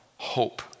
hope